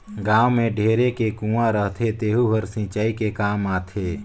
गाँव में ढेरे के कुँआ रहथे तेहूं हर सिंचई के काम आथे